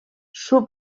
són